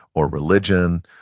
or religion,